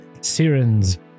Siren's